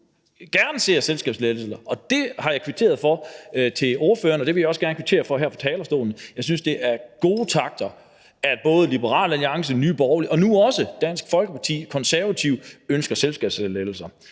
gerne ser selskabsskattelettelser, og det har jeg kvitteret for til ordførerne, og det vil jeg også gerne kvittere for her fra talerstolen. Jeg synes, det er gode takter, at både Liberal Alliance, Nye Borgerlige og nu også Dansk Folkeparti og Konservative ønsker selskabsskattelettelser.